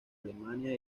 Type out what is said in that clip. alemania